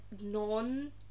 non